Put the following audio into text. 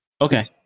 Okay